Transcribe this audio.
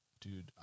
Dude